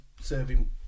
serving